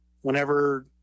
whenever